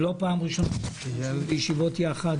זו לא פעם ראשונה שאנחנו משתתפים בישיבות ביחד,